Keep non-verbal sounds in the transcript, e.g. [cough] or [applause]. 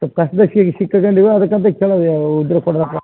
ಕಸ್ಬಿಸಿಗೆ ಸಿಕ್ಕಕಂಡಿವಿ ಅದಕ್ಕಂತ ಕೇಳೋದು [unintelligible] ಉದ್ರಿ ಕೊಡಬೇಕು